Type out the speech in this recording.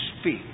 speak